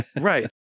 Right